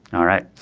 all right.